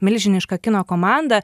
milžiniška kino komanda